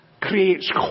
creates